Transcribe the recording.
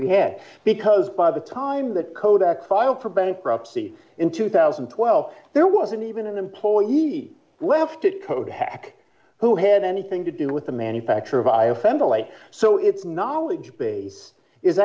we had because by the time that kodak filed for bankruptcy in two thousand and twelve there wasn't even an employee left at kodak who had anything to do with the manufacture of i assemble a so its knowledge base is